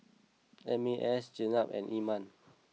M A S Jenab and Iman